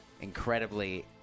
incredibly